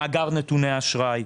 מאגר נתוני אשראי,